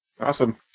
Awesome